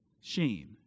shame